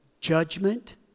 judgment